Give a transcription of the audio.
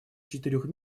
четырех